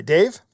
Dave